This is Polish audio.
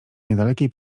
niedalekiej